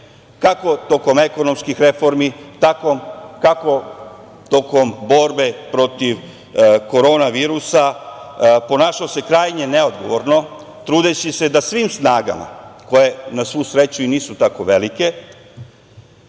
kako tokom ekonomskih reformi, tako i tokom borbe protiv korona virusa, ponašao krajnje neodgovorno trudeći se da svim snagama, koje na svu sreću i nisu tako velike,